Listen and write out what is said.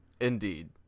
Indeed